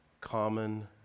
common